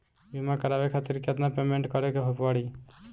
बीमा करावे खातिर केतना पेमेंट करे के पड़ी?